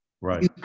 Right